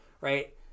Right